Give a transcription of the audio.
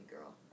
girl